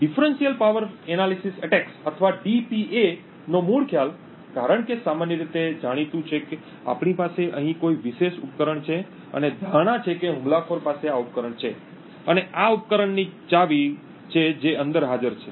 તો વિભેદક શક્તિ વિશ્લેષણ હુમલાઓ અથવા DPA નો મૂળ ખ્યાલ સામાન્ય રીતે એ છે કે આપણી પાસે અહીં કોઈ વિશેષ ઉપકરણ હશે અને ધારવામાં આવે છે કે હુમલાખોર પાસે આ ઉપકરણ છે અને આ ઉપકરણની ચાવી છે જે અંદર હાજર છે